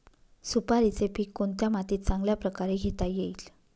सुपारीचे पीक कोणत्या मातीत चांगल्या प्रकारे घेता येईल?